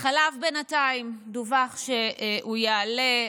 החלב, בינתיים דווח שהוא יעלה.